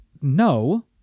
no